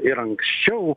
ir anksčiau